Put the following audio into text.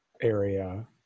area